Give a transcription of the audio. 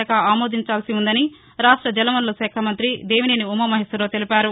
శాఖ అమోదించాల్సి వుందని రాష్ట జల వనరుల శాఖ మంత్రి దేవినేని ఉమామహేశ్వరరావు తెలిపారు